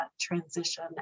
transition